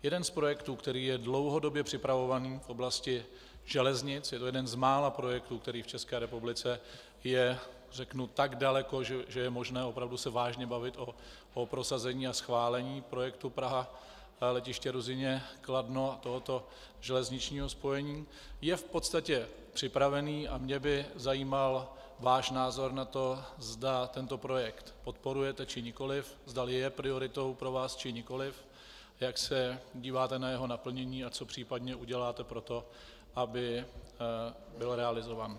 Jeden z projektů, který je dlouhodobě připravovaný v oblasti železnic, je to jeden z mála projektů, který v České republice je, řeknu, tak daleko, že je možné opravdu se vážně bavit o prosazení a schválení projektu Praha Letiště Ruzyně Kladno a tohoto železničního spojení, je v podstatě připravený, a mě by zajímal váš názor na to, zda tento projekt podporujete, či nikoliv, zdali je prioritou pro vás, či nikoliv, jak se díváte na jeho naplnění a co případně uděláte pro to, aby byl realizován.